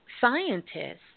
scientists